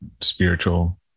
spiritual